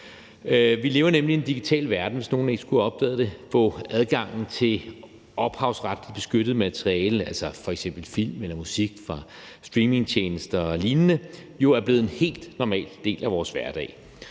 Vi lever nemlig i en digital verden, hvis nogen ikke skulle have opdaget det, hvor adgangen til ophavsretligt beskyttet materiale, altså f.eks. film eller musik fra streamingtjenester og lignende, jo er blevet en helt normal del af vores hverdag.